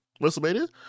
WrestleMania